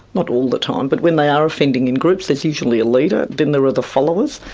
not all the time, but when they are offending in groups there's usually a leader, then there are the followers.